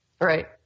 Right